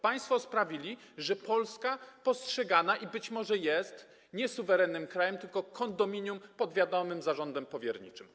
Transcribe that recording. Państwo sprawili, że Polska postrzegana jako - i być może tak jest - nie suwerenny kraj, tylko jako kondominium pod wiadomym zarządem powierniczym.